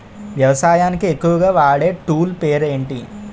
వ్యవసాయానికి ఎక్కువుగా వాడే టూల్ పేరు ఏంటి?